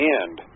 end